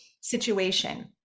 situation